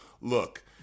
look